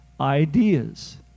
Ideas